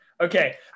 Okay